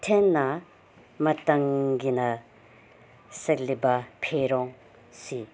ꯊꯦꯡꯅ ꯃꯇꯝꯒꯤꯅ ꯁꯦꯠꯂꯤꯕ ꯐꯤꯔꯣꯟꯁꯤ